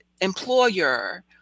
employer